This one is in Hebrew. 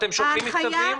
אתם שולחים מכתבים?